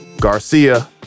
Garcia